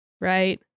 right